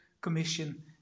Commission